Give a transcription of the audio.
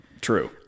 True